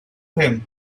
him